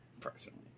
personally